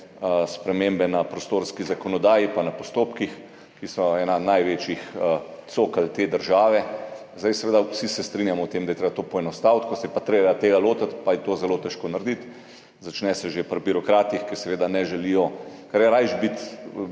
spremembe na prostorski zakonodaji pa na postopkih, ki so ena največjih cokel te države. Seveda se vsi strinjamo o tem, da je treba to poenostaviti, ko se je treba tega lotiti, pa je to zelo težko narediti. Začne se že pri birokratih, ki seveda ne želijo, ker s tem, ko